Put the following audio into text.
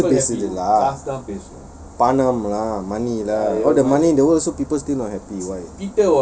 காசு ல பணம்:kaasu la panam money lah all the money in the world people still not happy why